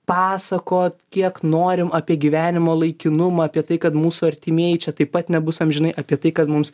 pasakot kiek norim apie gyvenimo laikinumą apie tai kad mūsų artimieji čia taip pat nebus amžinai apie tai kad mums